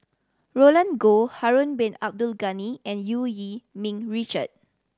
Roland Goh Harun Bin Abdul Ghani and Eu Yee Ming Richard